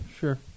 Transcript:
sure